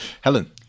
Helen